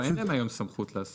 לא, אין להם היום סמכות לעשות.